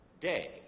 day